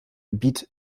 gebiet